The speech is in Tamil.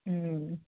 ம்